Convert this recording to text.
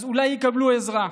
אז אולי יקבלו עזרה.